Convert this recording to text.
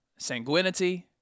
sanguinity